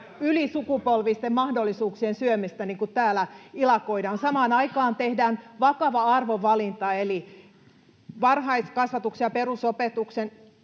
ylisukupolvisten mahdollisuuksien syömistä, niin kuin täällä ilakoidaan. [Veronika Honkasalon välihuuto] Samaan aikaan tehdään vakava arvovalinta, eli varhaiskasvatuksen ja perusopetuksen